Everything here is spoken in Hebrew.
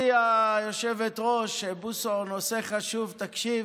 גברתי היושבת-ראש, בוסו, הנושא חשוב, תקשיב.